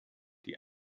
die